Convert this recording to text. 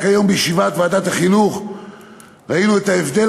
רק היום בישיבת ועדת החינוך ראינו את ההבדל